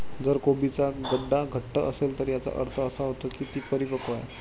जर कोबीचा गड्डा घट्ट असेल तर याचा अर्थ असा होतो की तो परिपक्व आहे